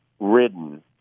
ridden